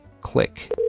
Click